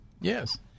yes